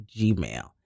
Gmail